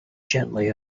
gently